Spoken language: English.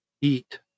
eat